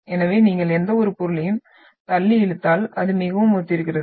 எனவே நீங்கள் எந்தவொரு பொருளையும் தள்ளி இழுத்தால் அது மிகவும் ஒத்திருக்கிறது